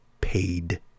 paid